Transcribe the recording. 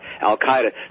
Al-Qaeda